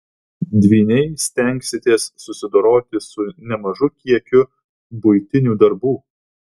dvyniai stengsitės susidoroti su nemažu kiekiu buitinių darbų